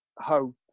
hope